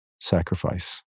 sacrifice